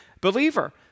believer